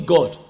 God